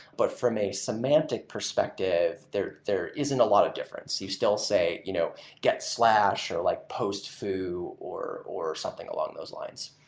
but from a semantic perspective, there there isn't a lot of difference. you still say, you know get slash, or, like post foo, or or something along those lines.